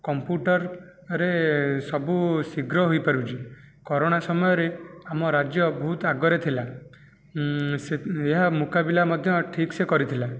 କମ୍ପ୍ୟୁଟରରେ ସବୁ ଶୀଘ୍ର ହୋଇପାରୁଛି କୋରୋନା ସମୟରେ ଆମ ରାଜ୍ୟ ବହୁତ ଆଗରେ ଥିଲା ସେ ଏହା ମୁକାବିଲା ମଧ୍ୟ ଠିକ୍ସେ କରିଥିଲା